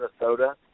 Minnesota